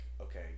Okay